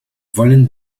wollen